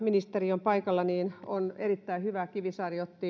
ministeri on paikalla niin on aivan totta erittäin hyvä sanoa kivisaari